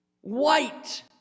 white